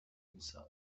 himself